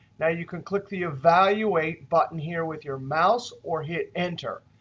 now, you can click the evaluate button here with your mouse or hit enter.